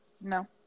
No